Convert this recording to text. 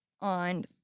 on